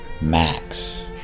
Max